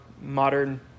modern